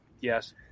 yes